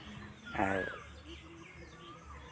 ᱟᱨ